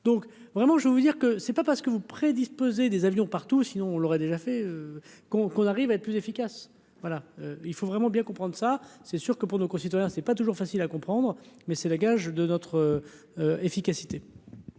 donc vraiment je vous dire que c'est pas parce que vous, des avions partout, sinon on l'aurait déjà fait qu'on qu'on arrive à être plus efficace : voilà, il faut vraiment bien comprendre ça, c'est sûr que pour nos concitoyens, c'est pas toujours facile à comprendre, mais c'est le gage de notre efficacité.